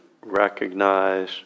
recognize